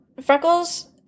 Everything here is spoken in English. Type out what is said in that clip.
Freckles